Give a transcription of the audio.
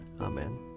Amen